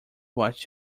what